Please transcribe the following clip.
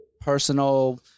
personal